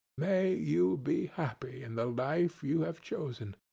may you be happy in the life you have chosen!